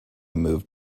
moved